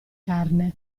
carne